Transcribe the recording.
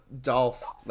Dolph